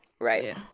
right